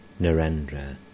Narendra